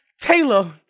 Taylor